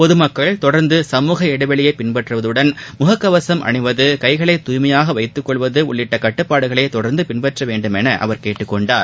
பொது மமக்கள் தொடர்ந்து சமூக இடைவெளியை பின்பற்றுவதுடன் முகக்கவசம் அணிவது சககளை துய்மையாக வைத்துக் கொள்வது உள்ளிட்ட கட்டுப்பாடுகளை தொடர்ந்து பின்பற்ற வேண்டுமௌ அவர் கேட்டுக் கொண்டார்